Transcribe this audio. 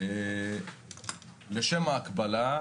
לשם ההקבלה,